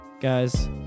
Guys